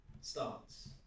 starts